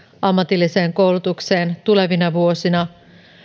ammatilliseen koulutukseen tulevina vuosina